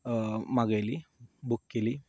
मागयली book केली